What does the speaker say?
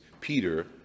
Peter